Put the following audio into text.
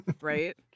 Right